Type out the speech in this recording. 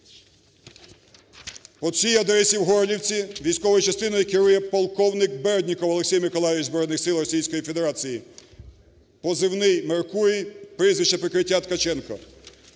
По цій адресі в Горлівці військовою частиною керує полковник Бердніков Олексій Миколайович Збройних сил Російської Федерації, позивний – "Меркурій", прізвище-прикриття – Ткаченко.